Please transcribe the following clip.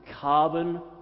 Carbon